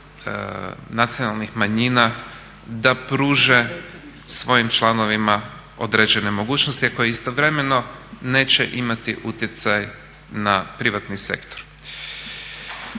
nacionalnih manjina da pruže svojim članovima određene mogućnosti a koje istovremeno neće imati utjecaj na privatni sektor.